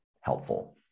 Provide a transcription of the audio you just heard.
helpful